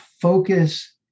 focus